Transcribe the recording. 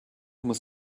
muss